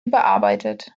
überarbeitet